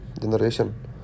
generation